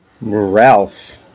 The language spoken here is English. Ralph